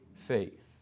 faith